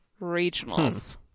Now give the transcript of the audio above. Regionals